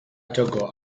txoko